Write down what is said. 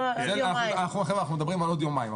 אנחנו מדברים על עוד יומיים.